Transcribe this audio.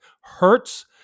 hurts